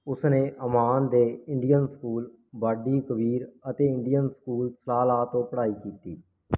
ਉਸ ਨੇ ਓਮਾਨ ਦੇ ਇੰਡੀਅਨ ਸਕੂਲ ਵਾਡੀ ਕਬੀਰ ਅਤੇ ਇੰਡੀਅਨ ਸਕੂਲ ਸਾਲਾਹ ਤੋਂ ਪੜ੍ਹਾਈ ਕੀਤੀ